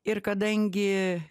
ir kadangi